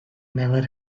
never